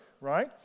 right